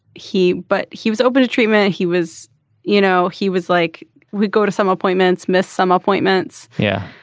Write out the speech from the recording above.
he but he was open to treatment. he was you know he was like we'd go to some appointments missed some appointments. yeah.